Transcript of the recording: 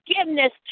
forgiveness